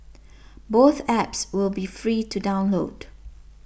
both apps will be free to download